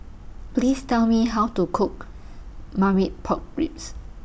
Please Tell Me How to Cook Marmite Pork Ribs